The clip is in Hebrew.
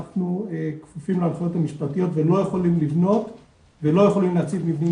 אנחנו כפופים להנחיות המשפטיות ולא יכולים לבנות ולא יכולים להציב מבנים